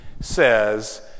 says